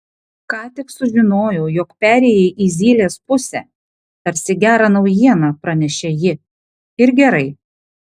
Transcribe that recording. ką tik sužinojau jog perėjai į zylės pusę tarsi gerą naujieną pranešė ji ir gerai